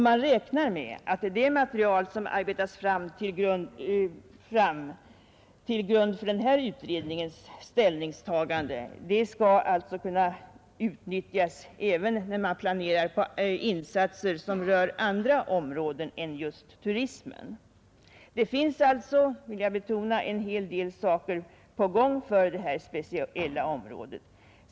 Man räknar med att det material som arbetas fram till grund för den här utredningens ställningstagande skall kunna utnyttjas även vid planeringen av insatser som berör andra näringar än turismen. Det finns alltså, vill jag betona, en hel rad saker i gång för det här speciella området.